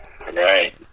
Right